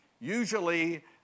usually